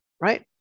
right